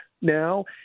now